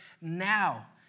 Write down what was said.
now